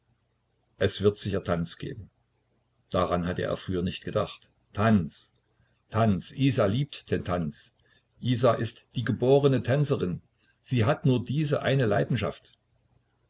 es wird sicher tanz geben daran hatte er früher nicht gedacht tanz tanz isa liebt den tanz isa ist die geborene tänzerin sie hat nur diese eine leidenschaft